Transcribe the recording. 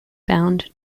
bound